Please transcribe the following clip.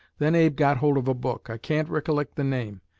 then abe got hold of a book. i can't rikkilect the name.